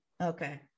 okay